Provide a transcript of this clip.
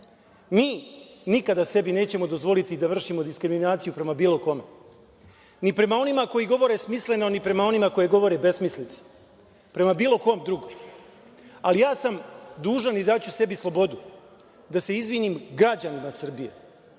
Mi nikada sebi nećemo dozvoliti da vršimo diskriminaciju prema bilo kome. Ni prema onima koji govore smisleno, ni prema onima koji govore besmislice, prema bilo kom drugom. Dužan sam, i daću sebi slobodu, da se izvinim građanima Srbije,